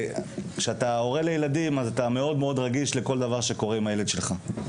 וכשאתה הורה לילדים אתה מאוד רגיש לכל דבר שקורה עם הילד שלך.